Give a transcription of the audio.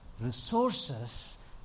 resources